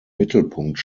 mittelpunkt